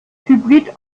hybrid